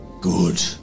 good